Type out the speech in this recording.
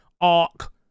arc